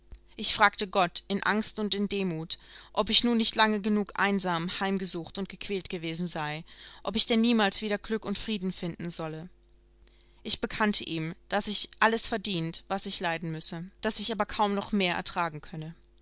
ich fragte gott in angst und in demut ob ich nun nicht lange genug einsam heimgesucht und gequält gewesen sei ob ich denn niemals wieder glück und frieden finden solle ich bekannte ihm daß ich alles verdient was ich leiden müsse daß ich aber kaum noch mehr ertragen könne